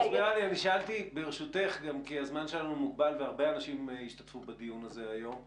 ברשותך, הרבה אנשים ישתתפו היום בדיון.